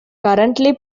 currently